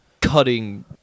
Cutting